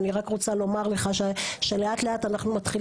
אני רק רוצה לומר לך שלאט לאט אנחנו,